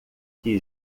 que